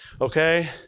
Okay